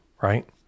right